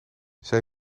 zij